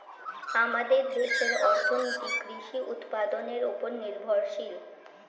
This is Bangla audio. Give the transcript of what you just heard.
আমাদের দেশের অর্থনীতি কৃষি উৎপাদনের উপর নির্ভরশীল